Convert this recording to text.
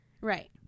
Right